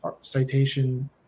citation